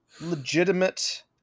legitimate